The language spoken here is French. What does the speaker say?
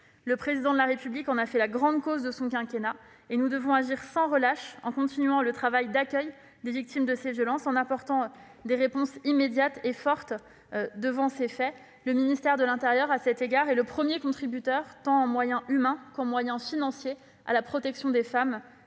Le Président de la République en a fait la grande cause du quinquennat. Nous devons agir sans relâche en continuant le travail d'accueil des victimes de ces violences et en apportant des réponses immédiates et fortes à ces faits. À cet égard, le ministère de l'intérieur est le premier contributeur, en moyens tant humains que financiers, à la protection des femmes